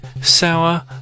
sour